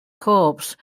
corpse